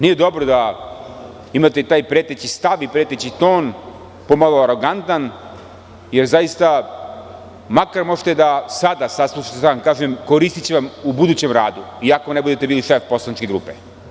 Nije dobro da imate taj preteći stav i preteći ton, pomalo arogantan, jer zaista, makar sada možete da poslušate šta vam kažem – koristiće vam u budućem radu i ako ne budete bili šef poslaničke grupe.